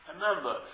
Remember